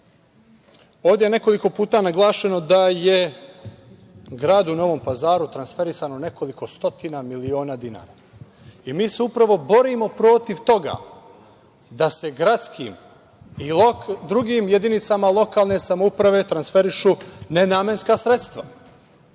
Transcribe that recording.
ovde je nekoliko puta naglašeno da je gradu Novom Pazaru transferisano nekoliko stotina miliona dinara i mi se upravo borimo protiv toga da se gradskim i drugim jedinicama lokalne samouprave transferišu nenamenska sredstva,